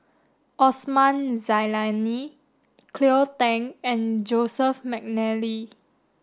Osman Zailani Cleo Thang and Joseph Mcnally